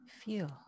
feel